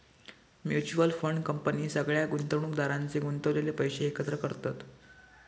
mutual fund company सगळ्या गुंतवणुकदारांचे गुंतवलेले पैशे एकत्र करतत